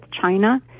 China